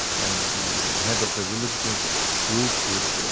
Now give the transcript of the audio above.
and the head of the religious group would,